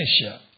Asia